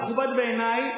והוא מכובד בעיני,